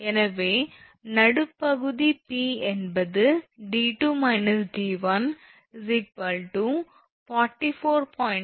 எனவே நடுப்பகுதி 𝑃 என்பது 𝑑2 𝑑1 44